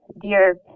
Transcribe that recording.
Dear